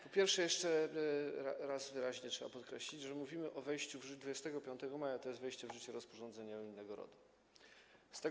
Po pierwsze, jeszcze raz wyraźnie trzeba podkreślić, że mówimy o wejściu 25 maja, to jest wejście w życie rozporządzenia unijnego RODO.